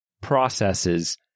processes